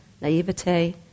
naivete